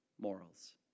morals